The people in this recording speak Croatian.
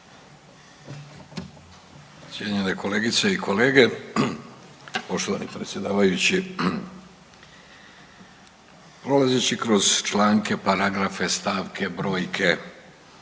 Cijenjene kolegice i kolege, poštovani predsjedavajući. Prolazeći kroz članke, paragrafe, stavke, brojke